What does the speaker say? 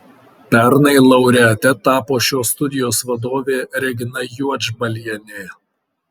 pernai laureate tapo šios studijos vadovė regina juodžbalienė